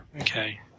Okay